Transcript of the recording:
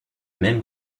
même